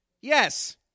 yes